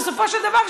בסופו של דבר,